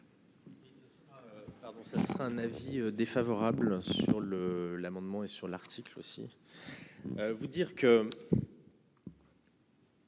ça serait un avis défavorable sur le l'amendement et sur l'article aussi vous dire que.